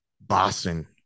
Boston